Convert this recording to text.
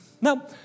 Now